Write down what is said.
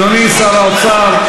אדוני שר האוצר,